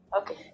okay